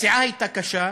הפציעה הייתה קשה.